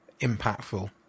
impactful